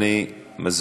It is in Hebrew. הצעות